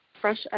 Fresh